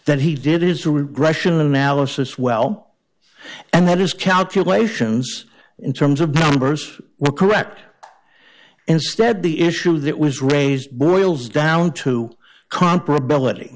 that he did is who were rational analysis well and that his calculations in terms of numbers were correct instead the issue that was raised boils down to comparability